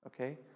okay